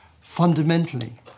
fundamentally